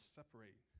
separate